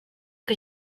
que